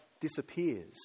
disappears